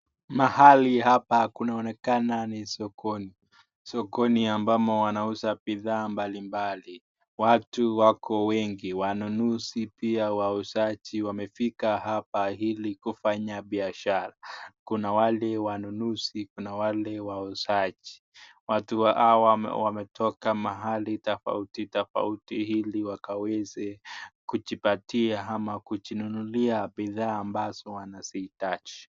Mahali hapa kunaonekana ni sokoni, sokoni ambamo wanauza bidhaa mbali mbali .Watu wako wengi wanunuzi pia wauzaji wamefika hapa hili kufanya biashara. Kuna wale wanunuzi kuna wale wauzaji ,watu hawa wametoka mahali tofauti tofauti ili wakaweza kujipatia au kujinunulia bidhaa ambazo wanaziitaji.